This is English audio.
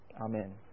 Amen